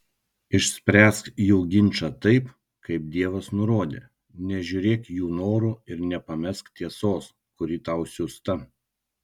išspręsk jų ginčą taip kaip dievas nurodė nežiūrėk jų norų ir nepamesk tiesos kuri tau siųsta